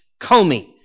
Comey